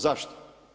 Zašto?